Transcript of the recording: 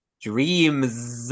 Dreams